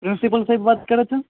principal સાહેબ વાત કરો છો